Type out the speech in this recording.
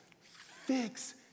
fix